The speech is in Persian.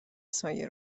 سایه